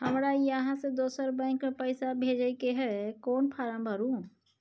हमरा इहाँ से दोसर बैंक में पैसा भेजय के है, कोन फारम भरू?